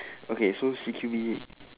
okay so C_Q_B